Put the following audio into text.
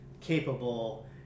capable